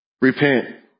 repent